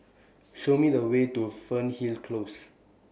Show Me The Way to Fernhill Close